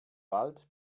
wald